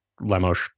Lemos